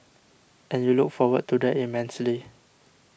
and you look forward to that immensely